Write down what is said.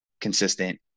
consistent